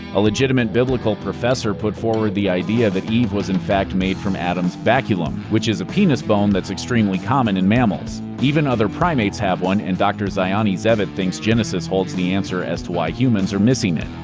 a legitimate biblical professor put forward the idea that eve was in fact made from adam's baculum, which is a penis bone that's extremely common in mammals. even other primates have one, and dr. ziony zevit thinks genesis holds the answer as to why humans are missing it.